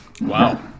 wow